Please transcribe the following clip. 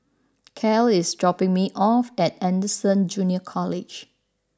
Cale is dropping me off at Anderson Junior College